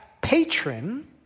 patron